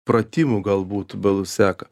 pratymų galbūt gal seką